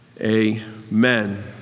amen